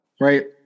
Right